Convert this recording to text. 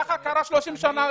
כך קרה 30 שנים.